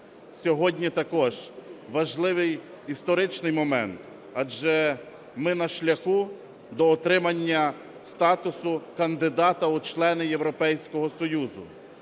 Сьогодні також важливий історичний момент, адже ми на шляху до отримання статусу кандидата у члени Європейського Союзу.